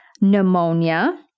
Pneumonia